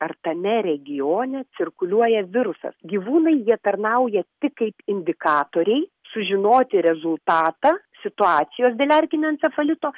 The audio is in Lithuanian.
ar tame regione cirkuliuoja virusas gyvūnai jie tarnauja tik kaip indikatoriai sužinoti rezultatą situacijos dėl erkinio encefalito